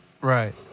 Right